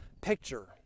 picture